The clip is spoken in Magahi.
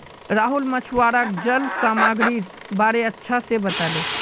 राहुल मछुवाराक जल सामागीरीर बारे अच्छा से बताले